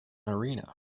arena